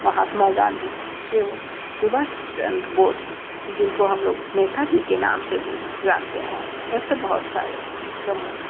महात्मा गांधी एवं सुभाष चंद्र बोस जिनको हम लोग नेता जी के नाम से भी जानते हैं ऐसे बहुत सारे प्रमुख